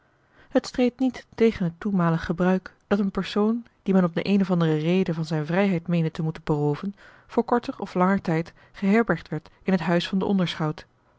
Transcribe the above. het streed niet tegen het toenmalig gebruik dat een persoon dien men om de eene of andere reden van zijne vrijheid meende te moeten berooven voor korter of langer tijd geherbergd werd in het huis van den onderschout